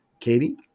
Katie